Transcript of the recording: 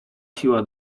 siła